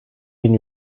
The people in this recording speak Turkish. bin